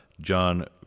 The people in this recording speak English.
John